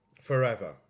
Forever